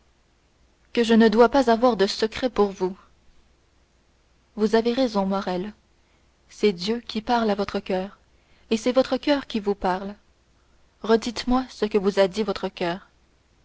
que je ne dois pas avoir de secret pour vous vous avez raison morrel c'est dieu qui parle à votre coeur et c'est votre coeur qui vous parle redites moi ce que vous dit votre coeur